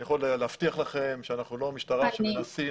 אני יכול להבטיח לכם שאנחנו לא משטרה שמנסה